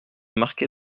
marqué